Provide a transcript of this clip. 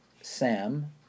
Sam